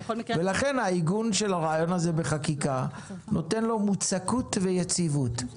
ולכן העיגון של הרעיון הזה בחקיקה נותן לו מוצקות ויציבות.